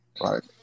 Right